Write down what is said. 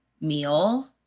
meal